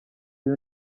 you